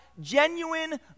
genuine